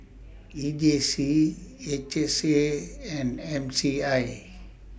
E J C H S A and M C I